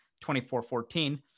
24-14